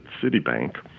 citibank